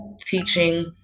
teaching